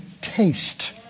taste